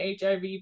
HIV